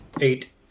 Eight